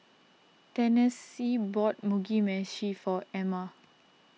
Tennessee bought Mugi Meshi for Emma